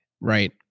Right